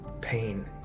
pain